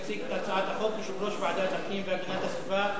יציג את הצעת החוק יושב-ראש ועדת הפנים והגנת הסביבה,